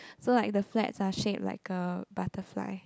so like the flats are shaded like a butterfly